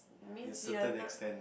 means you are not